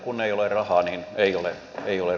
kun ei ole rahaa niin ei ole rahaa